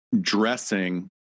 dressing